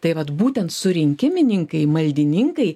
tai vat būtent surinkimininkai maldininkai